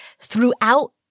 throughout